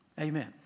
Amen